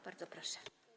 Bardzo proszę.